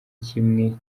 kimwe